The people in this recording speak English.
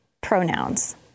pronouns